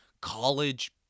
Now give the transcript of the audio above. college